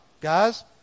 Guys